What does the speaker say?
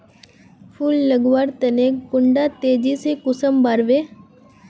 फुल लगवार तने कुंडा तेजी से कुंसम बार वे?